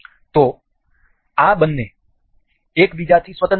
તેથી આ બંને એક બીજાથી સ્વતંત્ર છે